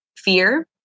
Fear